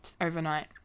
overnight